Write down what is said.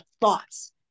thoughts